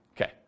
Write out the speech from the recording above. Okay